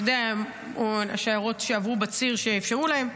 אתה יודע, השיירות שעברו בציר שאפשרו להם,